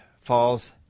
falls